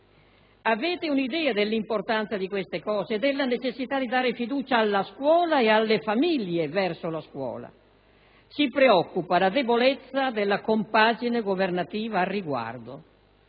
Avete un'idea dell'importanza di questi temi, della necessità di dare fiducia alla scuola e alle famiglie nei confronti della scuola? Ci preoccupa la debolezza della compagine governativa al riguardo.